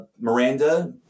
Miranda